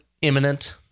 imminent